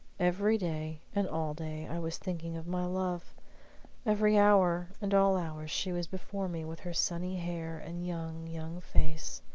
every day and all day i was thinking of my love every hour and all hours she was before me with her sunny hair and young, young face.